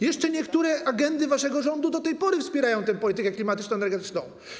Jeszcze niektóre agendy waszego rządu do tej pory wspierają tę politykę klimatyczno-energetyczną.